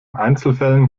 einzelfällen